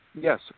yes